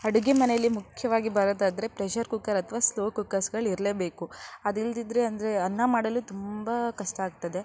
ಅಡುಗೆ ಮನೆಯಲ್ಲಿ ಮುಖ್ಯವಾಗಿ ಬರೋದಾದರೆ ಪ್ರೆಷರ್ ಕುಕ್ಕರ್ ಅಥವಾ ಸ್ಲೋ ಕುಕ್ಕರ್ಸ್ಗಳು ಇರಲೇಬೇಕು ಅದಿಲ್ಲದಿದ್ರೆ ಅಂದರೆ ಅನ್ನ ಮಾಡಲು ತುಂಬ ಕಷ್ಟ ಆಗ್ತದೆ